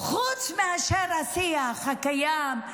חוץ מאשר השיח הקיים,